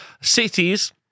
Cities